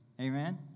Amen